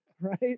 right